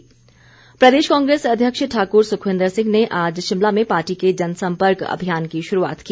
कांग्रे स प्रदेश कांग्रेस अध्यक्ष ठाकुर सुखविन्दर सिंह ने आज शिमला में पार्टी के जन संपर्क अभियान की शुरूआत की